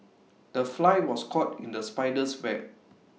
the fly was caught in the spider's web